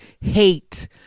hate